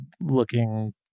looking